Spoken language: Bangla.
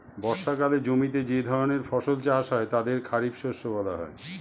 বর্ষাকালে জমিতে যে ধরনের ফসল চাষ হয় তাদের খারিফ শস্য বলা হয়